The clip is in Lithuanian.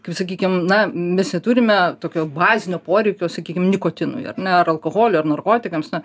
kaip sakykim na mes neturime tokio bazinio poreikio sakykim nikotinui ar ne ar alkoholiui ar narkotikams na